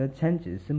changes